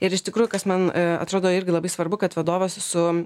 ir iš tikrųjų kas man atrodo irgi labai svarbu kad vadovas su